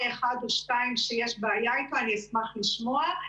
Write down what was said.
אחד או שניים שיש בעיה איתו אני אשמח לשמוע.